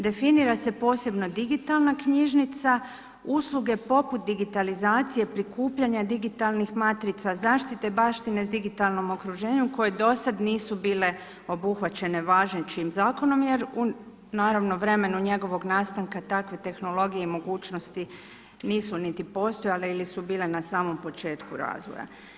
Definira se posebno digitalna knjižnica, usluge poput digitalizacije prikupljanja digitalnih matrica, zaštite baštine sa digitalnom okruženju koje do sada nisu bile obuhvaćena važećim zakonom jer u naravno vremenu njegovog nastanka takve tehnologije i mogućnosti nisu niti postojale ili su bile na samom početku razvoja.